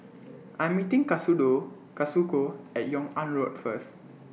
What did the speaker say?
I'm meeting Katsudo Kazuko At Yung An Road First